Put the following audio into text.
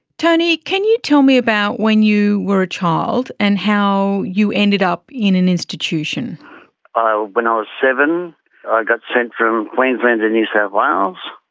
tony, can you tell me about when you were a child and how you ended up in an institution? when i was seven i got sent from queensland and new south wales,